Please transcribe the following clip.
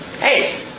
Hey